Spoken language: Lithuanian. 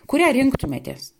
kurią rinktumėtės